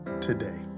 today